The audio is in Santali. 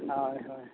ᱦᱳᱭ ᱦᱳᱭ